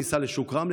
ניסע לשוק רמלה.